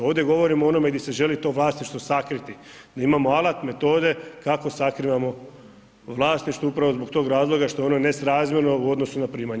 Ovdje govorimo o onome di se želi to vlasništvo sakriti, da imamo alat, metode kako sakrivamo vlasništvo, upravo zbog tog razloga što je ono nesrazmjerno u odnosu na primanja.